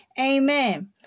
Amen